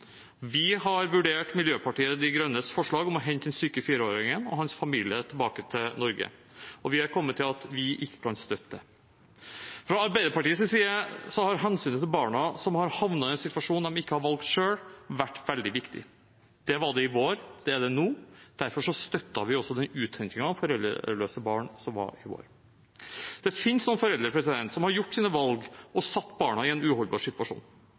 Vi har vurdert Miljøpartiet De Grønnes forslag om å hente den syke fireåringen og hans familie tilbake til Norge, og vi er kommet til at vi ikke kan støtte det. Fra Arbeiderpartiets side har hensynet til barna som har havnet i en situasjon de ikke har valgt selv, vært veldig viktig. Det var det i vår, og det er det nå. Derfor støttet vi den uthentingen av foreldreløse barn som var i vår. Det finnes noen foreldre som har gjort sine valg og satt sine barn i en uholdbar situasjon.